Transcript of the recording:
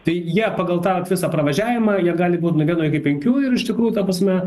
tai jie pagal tą vat visą pravažiavimą jie gali būt nuo vieno iki penkių ir iš tikrųjų ta prasme